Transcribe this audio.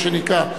מה שנקרא,